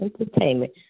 Entertainment